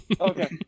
okay